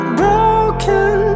broken